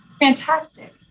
fantastic